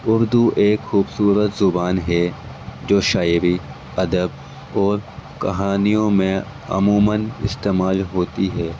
اردو ایک خوبصورت زبان ہے جو شاعری ادب اور کہانیوں میں عموماً استعمال ہوتی ہے